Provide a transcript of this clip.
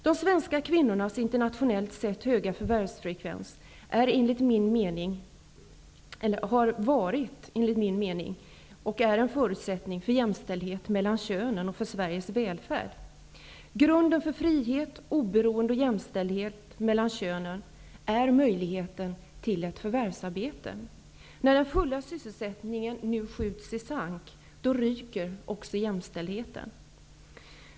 De svenska kvinnornas internationellt sett höga förvärvskfrekvens har enligt min mening varit och är en förutsättning för jämställdhet mellan könen och för Sveriges välfärd. Grunden för frihet, oberoende och jämställdhet mellan könen är möjligheten till ett förvärvsarbete. När principen om den fulla sysselsättningen nu skjuts i sank ryker också jämställdheten.